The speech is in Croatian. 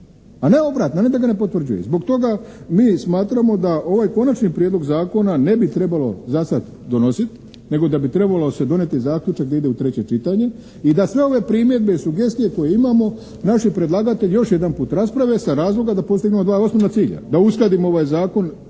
a ne obratno, ne da ga ne potvrđuje. Zbog toga mi smatramo da ovaj Konačni prijedlog Zakona ne bi trebalo za sad donositi nego da bi se trebalo donijeti zaključak da ide u treće čitanje i da sve ove primjedbe i sugestije koje imamo naše predlagatelj još jedanput rasprave sa razloga da postignemo dva osnovna cilja. Da uskladimo ovaj Zakon